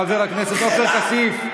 חבר הכנסת עופר כסיף,